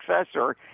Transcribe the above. successor